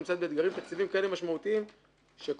היא נמצאת באתגרים תקציביים כל כך משמעותיים שכל